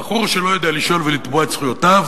הבחור שלא יודע לשאול ולתבוע את זכויותיו